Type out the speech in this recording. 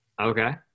Okay